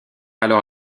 alors